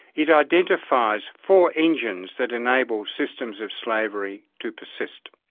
it identifies four engines that enable systems of slavery to persist.